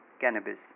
cannabis